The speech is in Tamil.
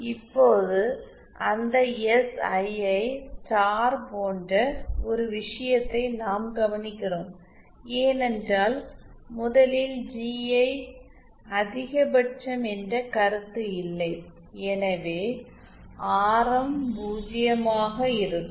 இப்போது அந்த எஸ்ஐஐ ஸ்டார் போன்ற ஒரு விஷயத்தை நாம் கவனிக்கிறோம் ஏனென்றால் முதலில் ஜிஐ அதிகபட்சம் என்ற கருத்து இல்லை எனவே ஆரம் 0 ஆக இருக்கும்